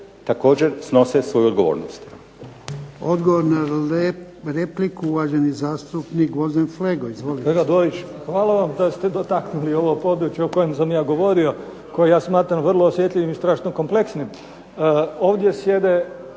također snose svoju odgovornost.